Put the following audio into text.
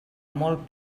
molt